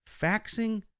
Faxing